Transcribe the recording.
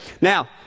Now